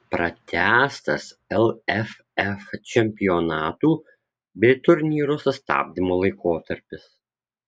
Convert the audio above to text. pratęstas lff čempionatų bei turnyrų sustabdymo laikotarpis